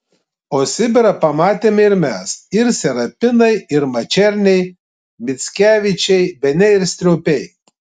o sibirą pamatėme ir mes ir serapinai ir mačerniai mickevičiai bene ir striaupiai